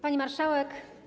Pani Marszałek!